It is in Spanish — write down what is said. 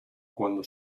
cuando